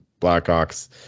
Blackhawks